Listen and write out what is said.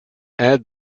add